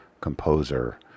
composer